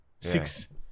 six